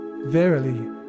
verily